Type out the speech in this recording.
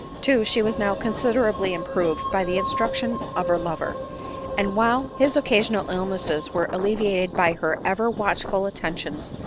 too, she was now considerably improved by the instruc tions of her lover and while his occasional illnesses were alleviated by her ever watchful attentions,